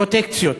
פרוטקציות.